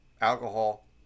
alcohol